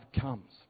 comes